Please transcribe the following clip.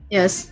Yes